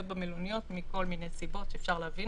במלוניות מכל מיני סיבות שאפשר להבין.